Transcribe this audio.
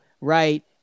right